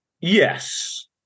Yes